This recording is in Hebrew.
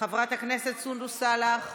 חברת הכנסת סונדוס סאלח,